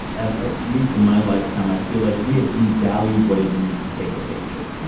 ah at least in my lifetime, i feel like we have devalued what it means to take a picture.